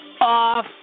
Off